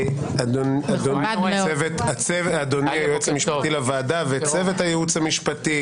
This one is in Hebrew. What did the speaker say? אדוני היועץ המשפטי לוועדה וצוות הייעוץ המשפטי,